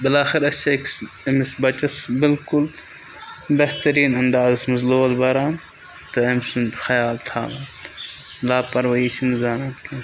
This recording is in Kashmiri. بِلاٲخٕر أسۍ چھِ أکِس أمِس بَچَس بِلکُل بہتریٖن اندازَس منٛز لول بَران تہٕ أمۍ سُنٛد خیال تھاوان لا پَروٲہی چھِنہٕ زان کینٛہہ